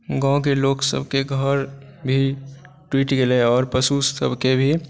गाँवकेँ लोक सभकेँ घर भी टुटि गेलै और पशु सभकेँ भी